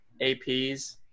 APs